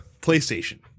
PlayStation